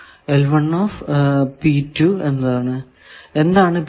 എന്താണ് P2